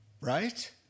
right